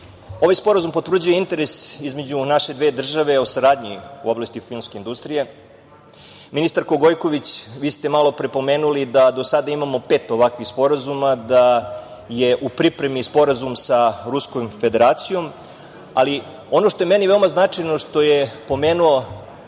Ovaj sporazum potvrđuje interes između naše dve države o saradnji u oblasti filmske industrije. Ministarka Gojković, vi ste malopre napomenuli da do sada imamo ovakvih pet sporazuma, da je u pripremi sporazum sa Ruskom Federacijom. Ali, ono što je meni veoma značajno, što je pomenuo